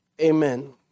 amen